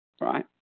right